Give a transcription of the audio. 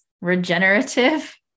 regenerative